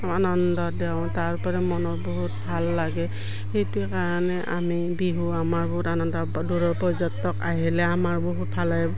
আনন্দ দেওঁ তাৰোপৰি মনত বহুত ভাল লাগে সেইটো কাৰণে আমি বিহু আমাৰ বহুত আনন্দ দূৰৰ পৰ্যটক আহিলে আমাৰ বহুত